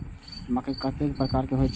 मैंट कतेक प्रकार के होयत छै?